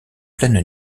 pleine